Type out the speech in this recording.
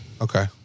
Okay